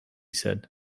said